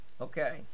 Okay